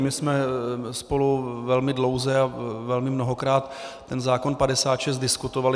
My jsme spolu velmi dlouho a velmi mnohokrát ten zákon č. 56 diskutovali.